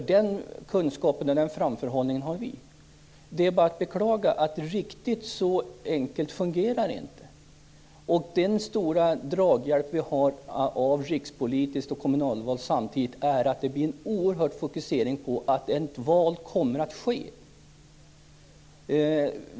Den kunskapen och framförhållningen har vi. Det är bara att beklaga att det inte fungerar riktigt så enkelt. Den stora draghjälp som vi har av att ha riksdagsval och kommunalval samtidigt är att det blir en oerhörd fokusering på att ett val kommer att ske.